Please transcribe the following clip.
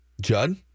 Judd